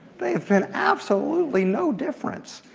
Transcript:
they have been absolutely no difference.